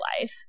life